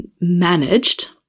managed